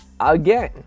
again